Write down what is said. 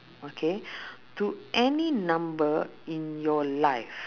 okay to any number in your life